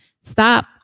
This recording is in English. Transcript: Stop